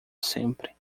sempre